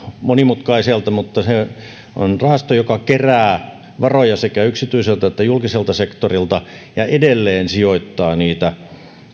monimutkaiselta mutta se on rahasto joka kerää varoja sekä yksityiseltä että julkiselta sektorilta ja edelleen sijoittaa niitä